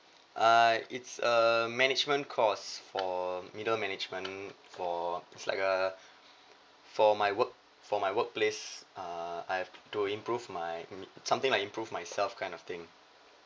uh it's err management course for middle management for it's like a for my work for my work place uh I have to improve my me something like improve myself kind of thing